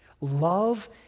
Love